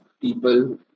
people